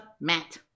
Matt